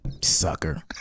sucker